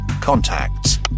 contacts